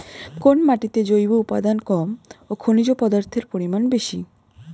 কোন মাটিতে জৈব উপাদান কম ও খনিজ পদার্থের পরিমাণ বেশি?